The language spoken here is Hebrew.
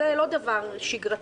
שזה לא דבר שגרתי.